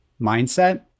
mindset